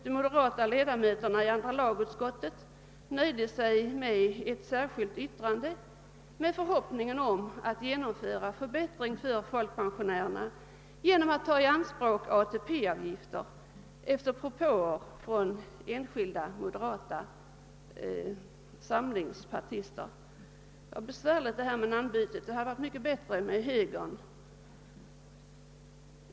De moderata ledamöterna i andra lagutskottet har nöjt sig med ett särskilt yttrande under förhoppning om att kunna genomföra en förbättring för folkpensionärerna genom att ta i anspråk ATP-avgifter i enlighet med propåer från enskilda moderata samlingspartister — det här namnbytet är besvärligt; det hade varit mycket bättre om man behållit beteckningen högern.